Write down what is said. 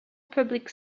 public